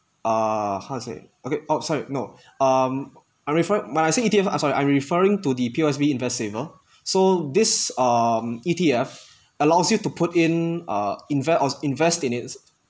uh how to say it okay oh sorry no um I refer when I say E_T_F ah sorry I'm referring to the P_O_S_B invest saver so this um E_T_F allows you to put in uh invest or invest in it